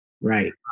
Right